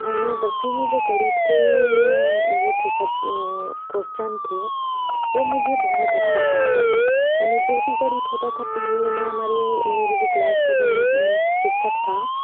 मैंने दसवीं में जो गणित के वो थे सब वो कोस्चन थे वो मुझे बहुत अच्छे से आते थे मैंने जो भी गणित होता था टी ए याने हमारे मेरे जो क्लास का जो वो शिक्षक था